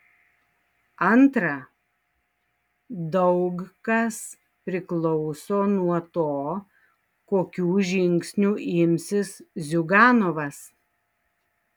antra daug kas priklauso nuo to kokių žingsnių imsis ziuganovas